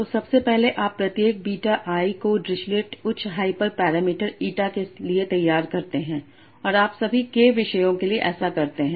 तो सबसे पहले आप प्रत्येक विषय बीटा i को डिरिचलेट उच्च हाइपर पैरामीटर eta के लिए तैयार करते हैं और आप सभी K विषयों के लिए ऐसा करते हैं